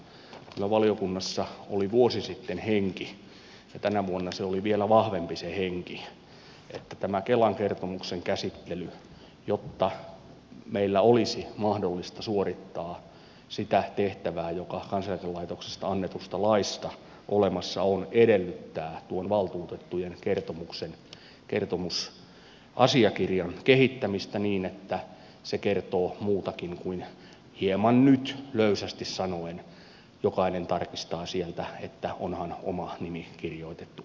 kyllä valiokunnassa oli vuosi sitten henki ja tänä vuonna oli vielä vahvempi se henki että tämä kelan kertomuksen käsittely jotta meillä olisi mahdollista suorittaa sitä tehtävää joka kansaneläkelaitoksesta annetusta laista olemassa on edellyttää tuon valtuutettujen kertomuksen kertomusasiakirjan kehittämistä niin että se kertoo muutakin kuin hieman nyt löysästi sanoen että jokainen tarkistaa sieltä että onhan oma nimi kirjoitettu oikein